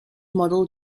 model